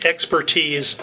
expertise